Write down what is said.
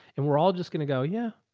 and we're all just going to go. yeah.